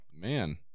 Man